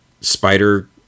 spider